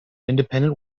independent